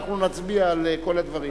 ואנחנו נצביע על כל הדברים.